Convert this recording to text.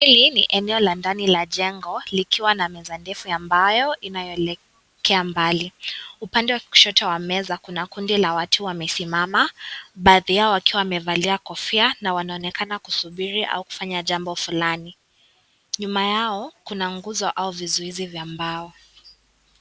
Hili ni eneo la ndani la jengo likiwa na meza ndefu ambayo inaelekeza mbali. Upande wa kushoto wa meza, kuna kundi la watu wamesimama baadhi yao wakiwa wamevalia kofia na wanaonekana kusuburi au kufanya jambo fulani. Nyuma yao kuna nguzo au vizuizi vya mbao.